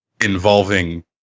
involving